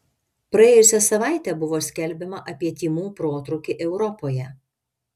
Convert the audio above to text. praėjusią savaitę buvo skelbiama apie tymų protrūkį europoje